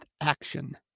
action